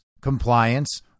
compliance